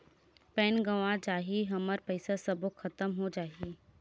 Pan गंवा जाही हमर पईसा सबो खतम हो जाही?